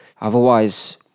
Otherwise